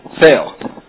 fail